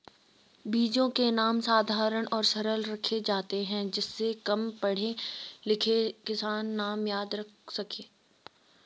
बीजों के नाम साधारण और सरल रखे जाते हैं जिससे कम पढ़े लिखे किसान नाम याद रख सके